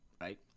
right